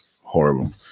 horrible